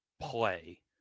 play